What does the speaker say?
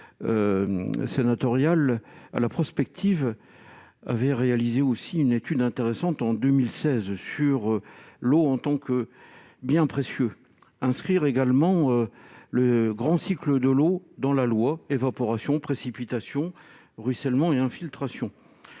sénatoriale à la prospective avait réalisé aussi une étude intéressante en 2016 sur l'eau en tant que biens précieux inscrire également le grand cycle de l'eau dans la loi évaporation précipitations ruissellement et infiltrations,